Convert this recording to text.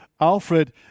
Alfred